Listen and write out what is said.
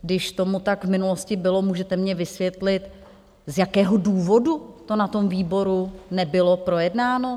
Když tomu tak v minulosti bylo, můžete mně vysvětlit, z jakého důvodu to na tom výboru nebylo projednáno?